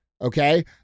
okay